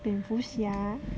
蝙蝠 sia